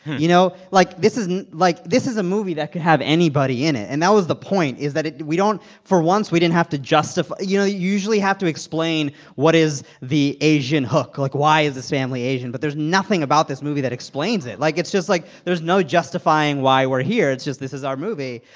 you know? like, this isn't like, this is a movie that could have anybody in it, and that was the point is that it we don't for once, we didn't have to you know, usually you have to explain, what is the asian hook? like, why is this family asian? but there's nothing about this movie that explains it. like, it's just, like, there's no justifying why we're here. it's just, this is our movie.